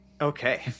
Okay